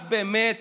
אז באמת